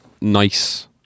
nice